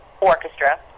orchestra